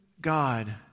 God